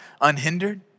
unhindered